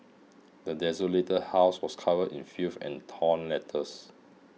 the desolated house was covered in filth and torn letters